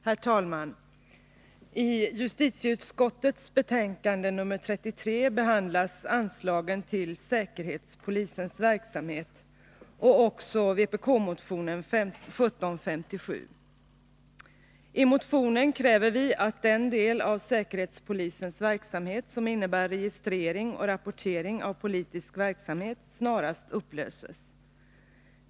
Herr talman! I justitieutskottets betänkande nr 33 behandlas anslagen till säkerhetspolisens verksamhet och också vpk-motionen 1757. I motionen kräver vi att den del av säkerhetspolisens verksamhet som innebär registrering och rapportering av politisk verksamhet snarast upplöses.